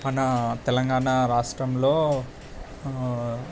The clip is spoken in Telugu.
మన తెలంగాణా రాష్ట్రంలో